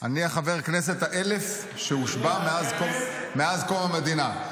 אני החבר הכנסת ה-1,000 שהושבע מאז קום המדינה.